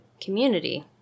Community